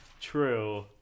true